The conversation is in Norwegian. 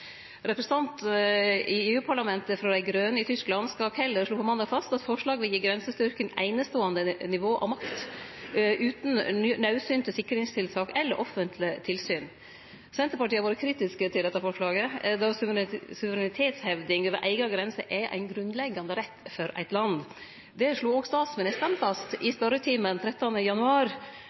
i EU-parlamentet, som er frå partiet Die Grünen i Tyskland, slo på måndag fast at forslaget vil gi grensestyrken eit eineståande nivå av makt, utan naudsynte sikringstiltak eller offentleg tilsyn. Senterpartiet har vore kritisk til dette forslaget, sidan suverenitetshevding over eiga grense er ein grunnleggjande rett for eit land. Det slo òg statsministeren fast i spørjetimen den 13. januar.